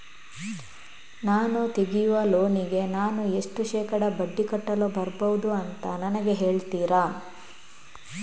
ನಾನು ತೆಗಿಯುವ ಲೋನಿಗೆ ನಾನು ಎಷ್ಟು ಶೇಕಡಾ ಬಡ್ಡಿ ಕಟ್ಟಲು ಬರ್ಬಹುದು ಅಂತ ನನಗೆ ಹೇಳ್ತೀರಾ?